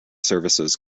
services